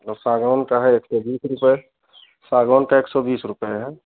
और सागवान का है एक सौ बीस रुपये सागवान का एक सौ बीस रुपये है